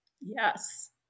Yes